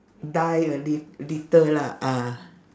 die a li~ little lah ah